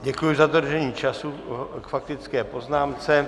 Děkuji za dodržení času k faktické poznámce.